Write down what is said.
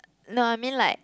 no I mean like